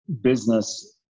business